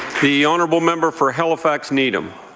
the honourable member for halifax needham?